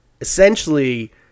essentially